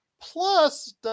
plus